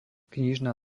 knižná